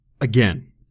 again